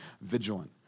vigilant